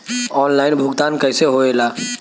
Online भुगतान कैसे होए ला?